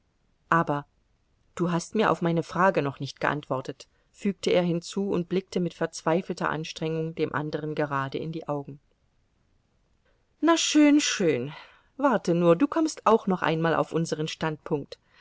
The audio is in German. aber du hast mir auf meine frage noch nicht geantwortet fügte er hinzu und blickte mit verzweifelter anstrengung dem anderen gerade in die augen na schön schön warte nur du kommst auch noch einmal auf unseren standpunkt